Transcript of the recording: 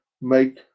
make